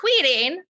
tweeting